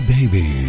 Baby